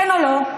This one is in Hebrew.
כן או לא?